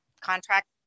contract